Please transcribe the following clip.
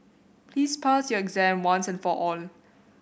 please pass your exam once and for all